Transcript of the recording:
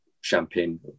champagne